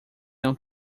não